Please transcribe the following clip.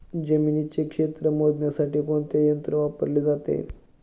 जमिनीचे क्षेत्र मोजण्यासाठी कोणते यंत्र वापरले जाते?